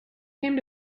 came